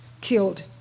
killed